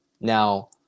Now